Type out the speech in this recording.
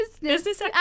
Business